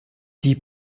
die